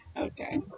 okay